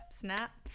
snap